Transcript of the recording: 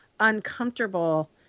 Uncomfortable